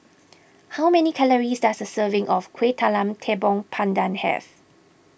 how many calories does a serving of Kueh Talam Tepong Pandan have